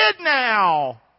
now